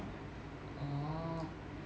oh